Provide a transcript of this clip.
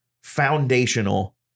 foundational